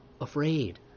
afraid